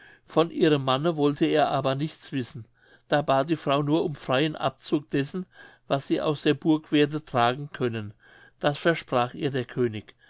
von ihrem manne wollte er aber nichts wissen da bat die frau nur um freien abzug dessen was sie aus der burg werde tragen können das versprach ihr der könig